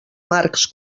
marcs